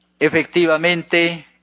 efectivamente